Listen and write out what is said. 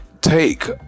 Take